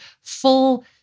full